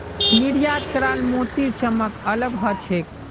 निर्यात कराल मोतीर चमक अलग ह छेक